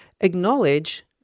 acknowledge